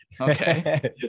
okay